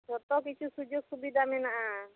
ᱡᱚᱛᱚ ᱠᱤᱪᱷᱩ ᱥᱩᱡᱳᱠ ᱥᱩᱵᱤᱫᱟ ᱢᱮᱱᱟᱜᱼᱟ